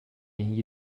gli